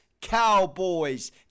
Cowboys